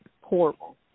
horrible